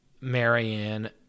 Marianne